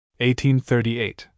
1838